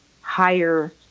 higher